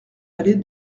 allée